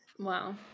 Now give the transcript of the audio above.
Wow